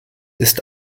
ist